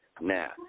Now